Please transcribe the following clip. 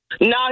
No